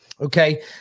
Okay